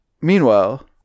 meanwhile